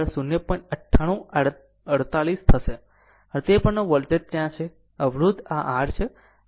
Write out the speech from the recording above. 9848 હશે અને તે પરનો વોલ્ટેજ ત્યાં છે અવરોધ આ r છે અને આ r નાના r છે